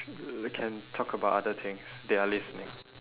we can talk about other things they are listening